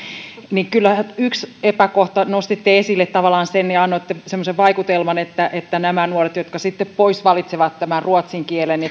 niin kyllä yhden epäkohdan nostitte esille tavallaan ja annoitte semmoisen vaikutelman että että nämä nuoret jotka sitten pois valitsevat tämän ruotsin kielen